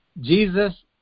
Jesus